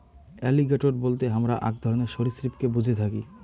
alligator বলতে হামরা আক ধরণের সরীসৃপকে বুঝে থাকি